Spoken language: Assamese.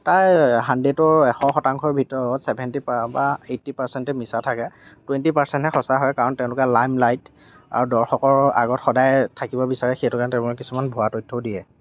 তাৰ হাণ্ডেডৰ এশ শতাংশৰ ভিতৰত ছেভেনটী বা এইটী পাৰ্চেণ্টেই মিছা থাকে টুৱেণ্টী পাৰ্চেণ্টেহে সঁচা হয় কাৰণ তেওঁলোকে লাইমলাইট আৰু দৰ্শকৰ আগত সদায়েই থাকিব বিচাৰে সেইটো কাৰণে তেওঁলোকে কিছুমান ভুৱা তথ্য়ও দিয়ে